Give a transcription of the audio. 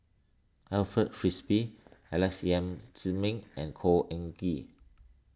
Alfred Frisby Alex Yam Ziming and Khor Ean Ghee